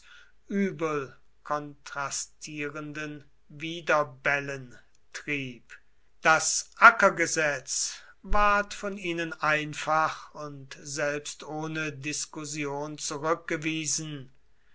übel kontrastierenden widerbellen trieb das ackergesetz ward von ihnen einfach und selbst ohne diskussion zurückgewiesen